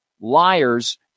liars